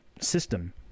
system